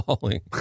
falling